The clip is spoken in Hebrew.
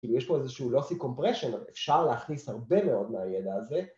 כאילו יש פה איזשהו לוסי קומפרשן, אבל אפשר להכניס הרבה מאוד מהידע הזה